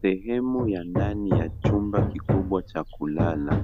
Sehemu ya ndani ya chumba kikubwa cha kulala.